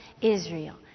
Israel